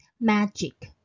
magic